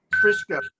Frisco